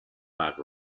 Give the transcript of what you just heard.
back